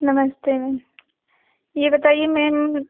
नमस्ते मैम यह बताइए मैम